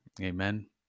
amen